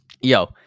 Yo